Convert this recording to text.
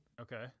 Okay